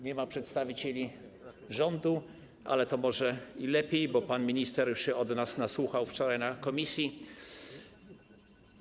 Nie ma przedstawicieli rządu, ale to może lepiej, bo pan minister już się od nas nasłuchał wczoraj na posiedzeniu komisji.